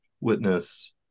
witness